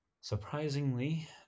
surprisingly